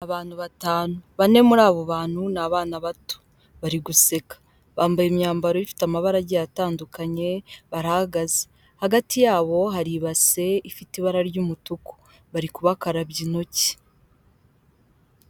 Abantu batanu bane muri abo bantu ni abana bato bari guseka, bambaye imyambaro ifite amabara agiye atandukanye barahagaze, hagati yabo hari ibase ifite ibara ry'umutuku bari kubakarabya intoki.